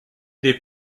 des